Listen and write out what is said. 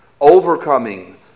Overcoming